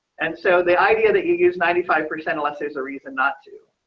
and so the idea that you use ninety five percent unless there's a reason not to.